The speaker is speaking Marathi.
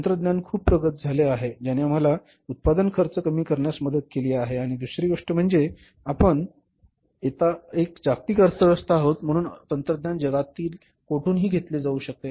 तंत्रज्ञान खूप प्रगत झाले आहे ज्याने आम्हाला उत्पादन खर्च कमी करण्यास मदत केली आहे आणि दुसरी गोष्ट म्हणजे आपण आता एक जागतिक अर्थव्यवस्था आहोत म्हणून तंत्रज्ञान जगातील कोठूनही घेतले जाऊ शकते